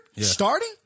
starting